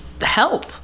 help